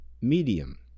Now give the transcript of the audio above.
Medium